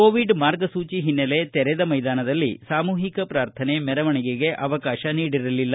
Covid ಮಾರ್ಗಸೂಚಿ ಹಿನ್ನೆಲೆ ತೆರೆದ ಮೈದಾನದಲ್ಲಿ ಸಾಮೂಹಿಕ ಪ್ರಾರ್ಥನೆ ಮೆರವಣಿಗೆಗೆ ಅವಕಾಶ ನೀಡಿರಲಿಲ್ಲ